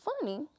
funny